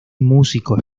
músico